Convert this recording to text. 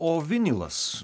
o vinilas